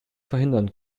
verhindern